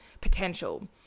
potential